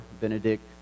Benedict